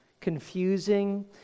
confusing